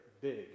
big